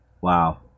Wow